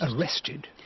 arrested